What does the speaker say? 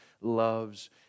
loves